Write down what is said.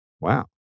wow